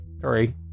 Three